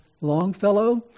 Longfellow